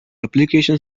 application